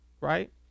right